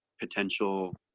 potential